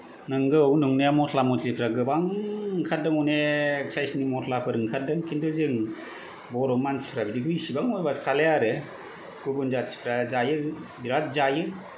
नंगौ नंनाया मसला मसलिफोरा गोबां ओंखारदों अनेक सायसनि मसलाफोर ओंखारदों किन्तु जों बर' मानसिफोरा बिदिखौ इसिबां माबा खालाया आरो गुबुन जाथिफोरा जायो बिराद जायो